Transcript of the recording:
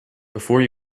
before